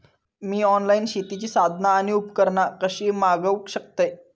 मी online शेतीची साधना आणि उपकरणा कशी मागव शकतय?